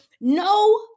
no